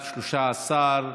בעד, 13,